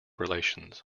relations